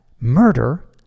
murder